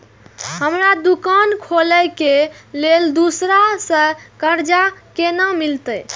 हमरा दुकान खोले के लेल दूसरा से कर्जा केना मिलते?